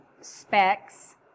specs